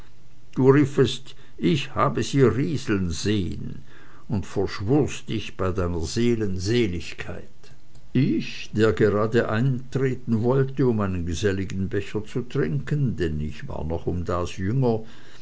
du riefest ich habe sie rieseln sehen und verschwurest dich bei deiner seelen seligkeit ich der gerade eintreten wollte um einen geselligen becher zu trinken denn ich war noch um das jünger